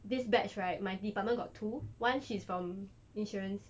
this batch right my department got two one she's from insurance